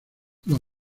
los